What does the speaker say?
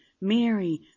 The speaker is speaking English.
Mary